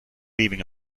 leaving